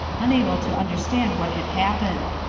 unable to understand what had happened.